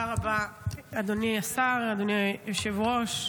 תודה רבה, אדוני השר, אדוני היושב-ראש.